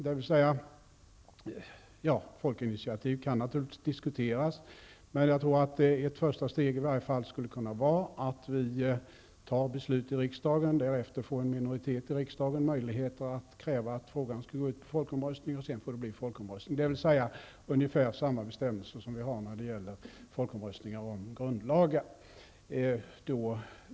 Folkinitiativ kan naturligtvis diskuteras, men jag tror att i varje fall ett första steg skulle kunna vara att beslut fattas i riksdagen och att en minoritet av riksdagen därefter får möjlighet att kräva att frågan skall gå till folkomröstning, dvs. ungefär samma bestämmelser som vi har när det gäller folkomröstningar om grundlagar.